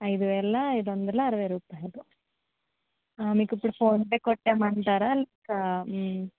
ఐదు వేల ఐదువందల అరవై రుపాయిలు మీకు ఇప్పుడు ఫోన్పే కొట్టేయమంటార లేక